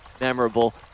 memorable